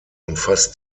umfasst